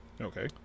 Okay